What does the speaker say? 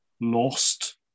lost